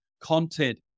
content